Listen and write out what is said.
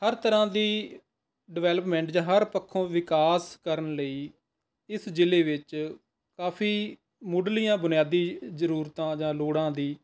ਹਰ ਤਰ੍ਹਾਂ ਦੀ ਡਿਵੈਲਪਮੈਂਟ ਜਾਂ ਹਰ ਪੱਖੋਂ ਵਿਕਾਸ ਕਰਨ ਲਈ ਇਸ ਜ਼ਿਲ੍ਹੇ ਵਿੱਚ ਕਾਫ਼ੀ ਮੁੱਢਲੀਆਂ ਬੁਨਿਆਦੀ ਜ਼ਰੂਰਤਾਂ ਜਾਂ ਲੋੜਾਂ ਦੀ